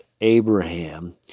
Abraham